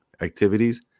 activities